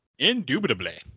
Indubitably